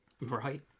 Right